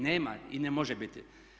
Nema i ne može biti.